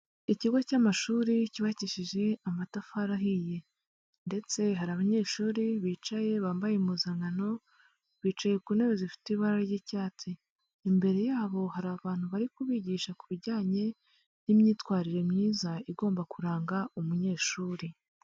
Ikigo cy'amashuri cyubakishije amatafari ahiye ndetse hari abanyeshuri bicaye bambaye impuzankano, bicaye ku ntebe zifite ibara ry'icyatsi, imbere yabo hari abantu bari kubigisha ku bijyanye n'imyitwarire myiza igomba kuranga umunyeshuri.